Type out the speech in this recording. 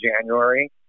january